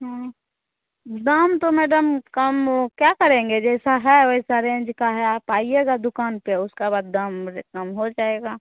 दाम तो मैडम कम क्या करेंगे जैसा है वैसा रेंज का है आप आइयेगा दुकान पर उसका बाद दाम मे से कम हो जायेगा